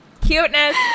Cuteness